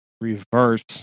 reverse